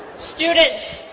students.